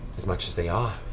as much as they are,